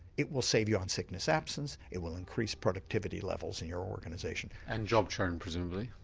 it will save you on sickness absence, it will increase productivity levels in your organisation. and job churn presumably?